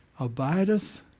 abideth